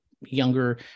younger